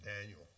Daniel